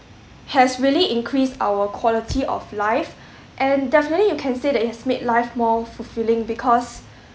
has really increased our quality of life and definitely you can say that it has made life more fulfilling because